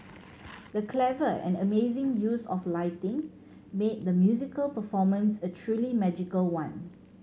the clever and amazing use of lighting made the musical performance a truly magical one